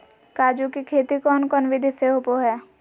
काजू के खेती कौन कौन विधि से होबो हय?